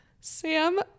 sam